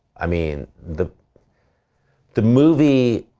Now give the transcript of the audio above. i mean, the the movie,